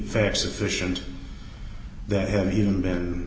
facts sufficient that have even been